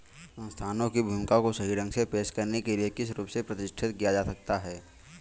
संस्थानों की भूमिका को सही ढंग से पेश करने के लिए किस रूप से प्रतिष्ठित किया जा सकता है?